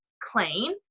clean